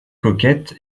coquette